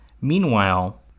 meanwhile